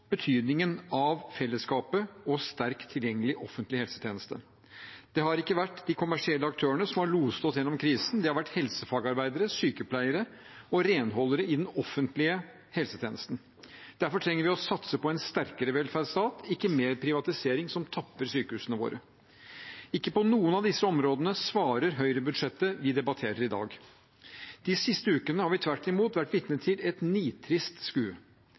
betydningen av fellesskapet og en sterk, tilgjengelig offentlig helsetjeneste. Det har ikke vært de kommersielle aktørene som har loset oss gjennom krisen. Det har vært helsefagarbeidere, sykepleiere og renholdere i den offentlige helsetjenesten. Derfor trenger vi å satse på en sterkere velferdsstat, ikke mer privatisering, som tapper sykehusene våre. Ikke på noen av disse områdene svarer høyrebudsjettet vi debatterer i dag. De siste ukene har vi tvert imot vært vitne til et nitrist skue.